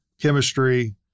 chemistry